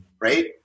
right